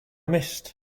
missed